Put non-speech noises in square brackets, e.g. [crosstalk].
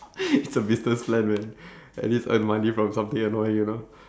[laughs] it's a business plan man [breath] at least earn money from something annoying you know